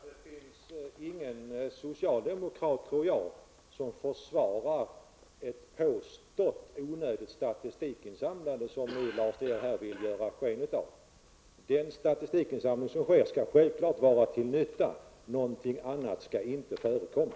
Herr talman! Jag tror inte att det finns någon socialdemokrat som försvarar ett påstått onödigt statistikinsamlande, något som Lars De Geer här vill göra sken av. Den statistikinsamling som sker skall självklart vara till nytta. Något annat skall inte förekomma.